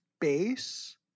base